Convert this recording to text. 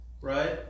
Right